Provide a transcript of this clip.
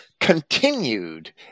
continued